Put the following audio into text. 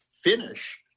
finish